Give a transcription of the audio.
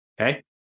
Okay